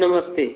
नमस्ते